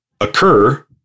occur